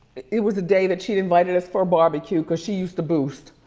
it was a day that she'd invited us for a barbecue cause she used to boost,